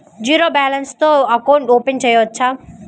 Zero balance తో account open చేయవచ్చు?